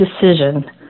decision